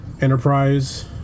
Enterprise